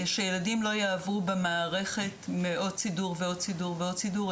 שילדים לא יעברו במערכת ,מעוד סידור ועוד סידור ועוד סידור,